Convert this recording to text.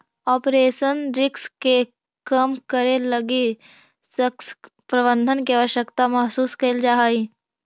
operational risk के कम करे लगी सशक्त प्रबंधन के आवश्यकता महसूस कैल जा हई